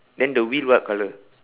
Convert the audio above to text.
then the wheel what colour